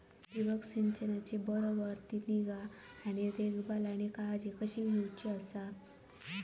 ठिबक संचाचा बराबर ती निगा व देखभाल व काळजी कशी घेऊची हा?